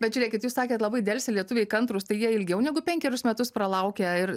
bet žiūrėkit jūs sakėt labai delsia lietuviai kantrūs tai jie ilgiau negu penkerius metus pralaukia ir